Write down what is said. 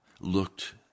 looked